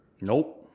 Nope